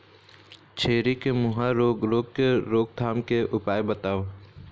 छेरी के मुहा रोग रोग के रोकथाम के उपाय बताव?